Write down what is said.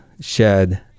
shed